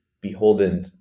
beholden